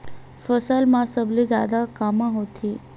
फसल मा सबले जादा कामा होथे?